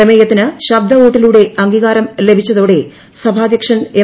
പ്രമേയത്തിന് ശബ്ദവോട്ടിലൂടെ അംഗീകാരം ലഭിച്ചതോടെ സഭാധ്യക്ഷൻ എം